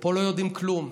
ופה לא יודעים כלום.